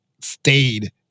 stayed